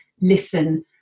listen